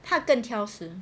他更挑食